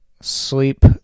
sleep